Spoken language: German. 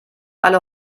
alle